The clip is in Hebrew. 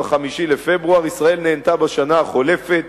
ב-5 בפברואר: ישראל נהנתה בשנה החולפת